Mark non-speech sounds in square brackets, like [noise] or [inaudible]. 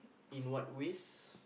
[breath]